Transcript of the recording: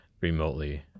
remotely